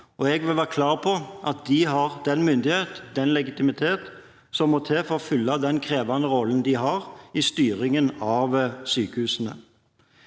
jeg vil være klar på at de har den myndighet og den legitimitet som må til for å fylle den krevende rollen de har i styringen av sykehusene.